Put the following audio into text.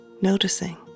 noticing